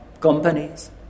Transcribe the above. companies